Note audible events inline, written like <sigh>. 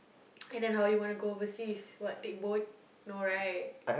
<noise> and then how you want go overseas what take boat no right